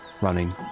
running